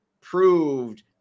proved